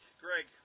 Greg